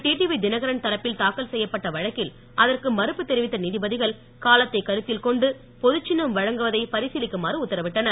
TTV Dhinakaran தரப்பில் தாக்கல் செய்யப்பட்ட வழக்கில் அதற்கு மறுப்பு தெரிவித்த நீதிபதிகள் காலத்தை கருத்தில் கொண்டு பொதுச்சின்னம் வழங்குவதை பரிசீலிக்குமாறு உத்தரவிட்டனர்